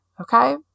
okay